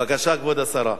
בבקשה, כבוד השרה.